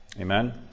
Amen